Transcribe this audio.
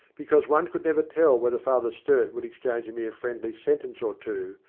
because one could never tell whether father sturt would exchange a mere friendly sentence or two,